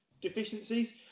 deficiencies